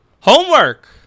Homework